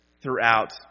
throughout